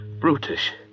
brutish